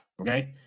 Okay